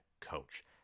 coach